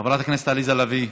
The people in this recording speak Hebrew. חברת הכנסת עליזה לביא,